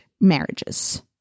marriages